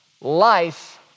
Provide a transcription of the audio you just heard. life